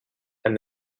and